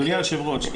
אדוני היושב ראש,